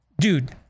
dude